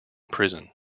prison